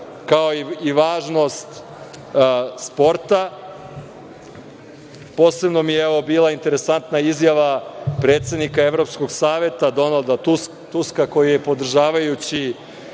kao i važnost sporta, posebno mi je bila interesantna izjava predsednika Evropskog saveta Donalda Tuska koji je, podržavajući